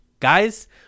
Guys